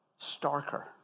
starker